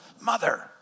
mother